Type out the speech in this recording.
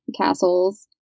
castles